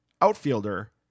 outfielder